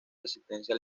resistencia